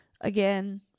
Again